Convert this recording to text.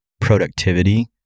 productivity